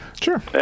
Sure